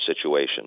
situation